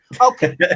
Okay